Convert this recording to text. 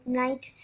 night